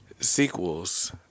sequels